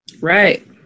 Right